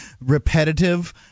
repetitive